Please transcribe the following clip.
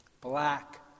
Black